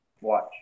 Watch